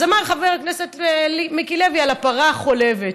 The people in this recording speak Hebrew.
אז אמר חבר הכנסת מיקי לוי על הפרה החולבת,